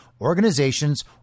organizations